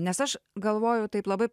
nes aš galvoju taip labai